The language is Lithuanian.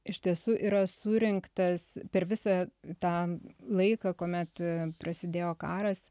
iš tiesų yra surinktas per visą tą laiką kuomet prasidėjo karas